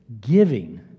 giving